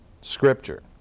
scripture